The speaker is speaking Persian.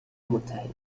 متحد